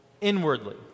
inwardly